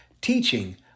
teaching